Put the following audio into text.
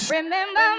remember